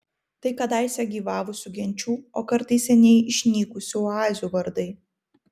tai kadaise gyvavusių genčių o kartais seniai išnykusių oazių vardai